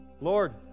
Lord